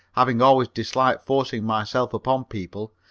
having always disliked forcing myself upon people,